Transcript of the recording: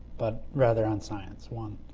but rather on science. one.